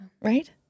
Right